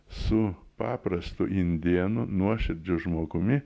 su paprastu indėnu nuoširdžiu žmogumi